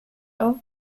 old